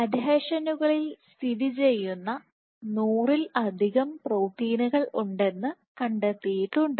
അഡ്ഹീഷനുകളിൽ സ്ഥിതിചെയ്യുന്ന 100 ൽ അധികം പ്രോട്ടീനുകൾ ഉണ്ടെന്ന് കണ്ടെത്തിയിട്ടുണ്ട്